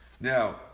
Now